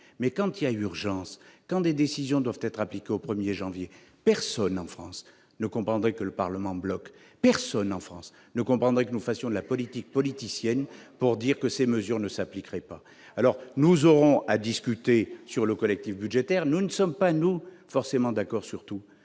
mais, quand il y a urgence, quand des décisions doivent être appliquées au 1 janvier, personne en France ne comprendrait que le Parlement bloque, personne en France ne comprendrait que nous fassions de la politique politicienne pour empêcher ces mesures de s'appliquer. Ce n'est pas le sujet ! Nous pourrons discuter lors du collectif budgétaire. Nous-mêmes, nous ne sommes pas forcément d'accord sur tout,